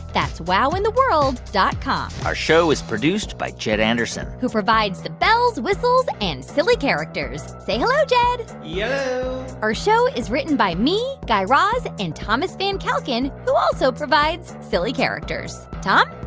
that's wowintheworld dot com our show is produced by jed anderson who provides the bells, whistles and silly characters. say hello, jed yello yeah our show is written by me, guy raz and thomas van kalken, who also provides silly characters. tom?